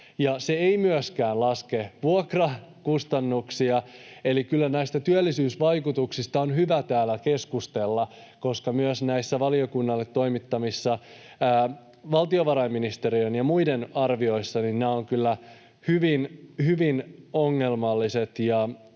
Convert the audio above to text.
se ei myöskään laske vuokrakustannuksia. Eli kyllä näistä työllisyysvaikutuksista on hyvä täällä keskustella, koska myös näissä valiokunnalle toimitetuissa valtiovarainministeriön ja muiden arvioissa nämä ovat kyllä hyvin ongelmalliset